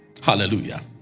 Hallelujah